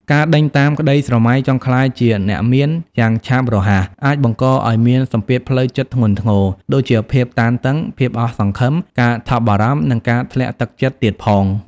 ការដេញតាមក្តីស្រមៃចង់ក្លាយជាអ្នកមានយ៉ាងឆាប់រហ័ស អាចបង្កឱ្យមានសម្ពាធផ្លូវចិត្តធ្ងន់ធ្ងរ ដូចជាភាពតានតឹង ភាពអស់សង្ឃឹម ការថប់បារម្ភ និងការធ្លាក់ទឹកចិត្តទៀតផង។